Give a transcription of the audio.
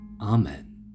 amen